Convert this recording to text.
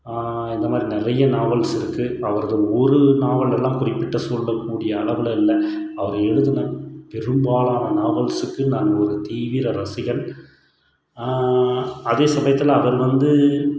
இந்தமாதிரி நிறைய நாவல்ஸ் இருக்குது அவரது ஒரு நாவல் எல்லாம் குறிப்பிட்டு சொல்லக்கூடிய அளவில் இல்லை அவர் எழுதின பெரும்பாலான நாவல்சுக்கு நான் ஒரு தீவிர ரசிகன் அதே சமயத்தில் அவர் வந்து